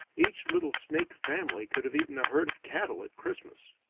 each little snake family could have eaten a herd of cattle at christmas.